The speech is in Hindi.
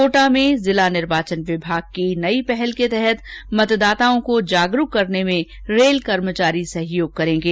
कोटा में जिला निर्वाचन विभाग की नई पहले के तहत मतदाताओं को जागरूक करने में रेल कर्मचारी सहयोग करेंगे